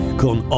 con